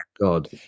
god